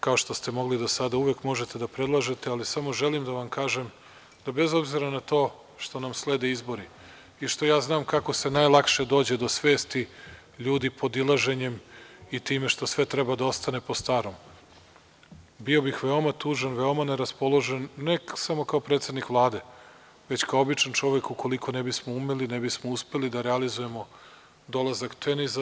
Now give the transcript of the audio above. Kao što ste mogli i do sada, uvek možete da predlažete, ali samo želim da vam kažem da, bez obzira na to što nam slede izbori i što ja znam kako se najlakše dođe do svesti ljudi podilaženjem i time što sve treba da ostane po starom, bio bih veoma tužan, veoma neraspoložen, ne samo kao predsednik Vlade, već kao običan čovek, ukoliko ne bismo umeli, ne bismo uspeli da realizujemo dolazak „Tenisa“